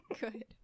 good